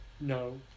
No